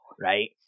right